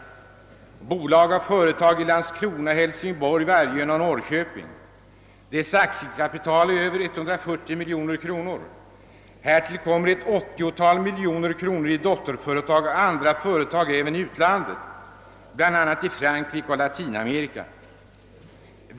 Bolaget har företag i Landskrona, Hälsingborg, Vargön och Norrköping, dess aktiekapital är över 140 miljoner kronor. Härtill kommer ett åttiotal miljoner kronor i dotterföretag och andra företag, även i utlandet, bl.a. i Frankrike och Latinamerika.